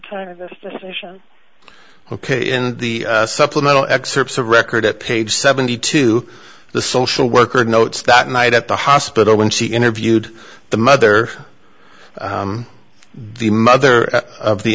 time of this decision ok in the supplemental excerpts of record at page seventy two the social worker notes that night at the hospital when she interviewed the mother the mother of the